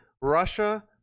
russia